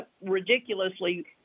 ridiculously